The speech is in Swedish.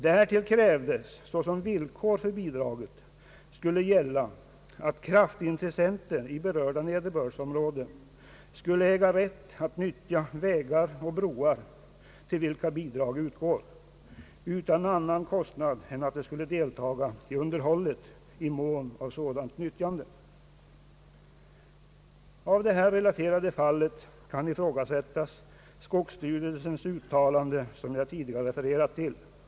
Därtill krävdes att såsom villkor för bidraget skulle gälla, att kraftintressenter i berörda nederbördsområde skall äga rätt att nyttja vägar och broar, till vilka bidrag utgår, utan annan kostnad än att de skall deltaga i underhållet i mån av sådant nyttjande. Av det här relaterade fallet kan ifrågasättas skogsstyrelsens uttalande, som jag här tidigare refererat till. Skogssty Ang.